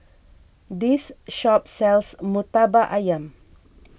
this shop sells Murtabak Ayam